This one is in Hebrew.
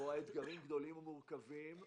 בו האתגרים גדולים ומורכבים,